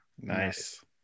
Nice